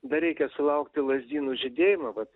dar reikia sulaukti lazdynų žydėjimo vat